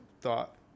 thought